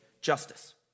justice